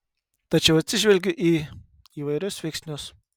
tačiau atsižvelgiu į įvairius veiksnius